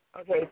Okay